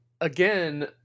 again